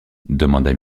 demanda